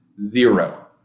zero